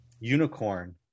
unicorn